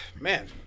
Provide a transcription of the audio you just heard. man